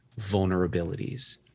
vulnerabilities